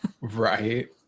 Right